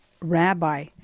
rabbi